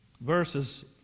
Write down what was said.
Verses